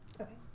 Okay